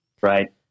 Right